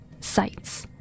Sites